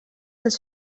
dels